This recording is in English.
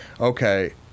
okay